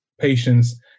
patients